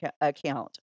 account